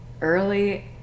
early